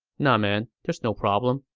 nah man, there's no problem.